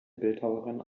bildhauerin